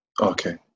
okay